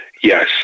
Yes